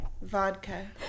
Vodka